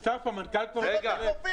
אסף, המנכ"ל של המשרד כבר ---, אפשר ללכת